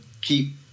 keep